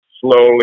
slowly